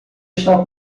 está